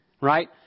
right